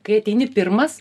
kai ateini pirmas